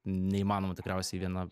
neįmanoma tikriausiai viena